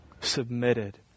submitted